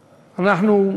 כולנו.